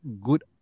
good